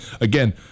again